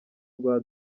rwa